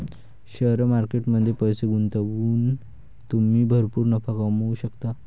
share market मध्ये पैसे गुंतवून तुम्ही भरपूर नफा कमवू शकता